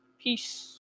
Peace